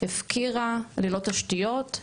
הפקירה ללא תשתיות,